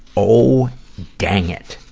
oh dang it.